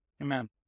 Amen